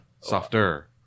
Softer